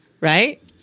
right